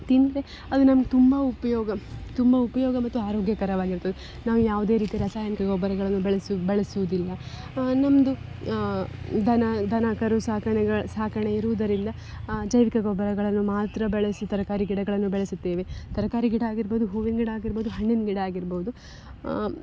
ತಿಂದರೆ ಅದು ನಮ್ಗೆ ತುಂಬ ಉಪಯೋಗ ತುಂಬ ಉಪಯೋಗ ಮತ್ತು ಆರೋಗ್ಯಕರವಾಗಿರುತ್ತದೆ ನಾವು ಯಾವುದೇ ರೀತಿಯ ರಾಸಾಯನಿಕ ಗೊಬ್ಬರಗಳನ್ನು ಬಳಸು ಬಳಸುವುದಿಲ್ಲ ನಮ್ಮದು ದನ ದನ ಕರು ಸಾಕಾಣೆಗಳು ಸಾಕಾಣೆ ಇರುವುದರಿಂದ ಜೈವಿಕ ಗೊಬ್ಬರಗಳನ್ನು ಮಾತ್ರ ಬಳಸಿ ತರಕಾರಿ ಗಿಡಗಳನ್ನು ಬೆಳೆಸುತ್ತೇವೆ ತರಕಾರಿ ಗಿಡ ಆಗಿರ್ಬೋದು ಹೂವಿನ ಗಿಡ ಆಗಿರ್ಬೋದು ಹಣ್ಣಿನ ಗಿಡ ಆಗಿರ್ಬೋದು